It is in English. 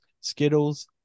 Skittles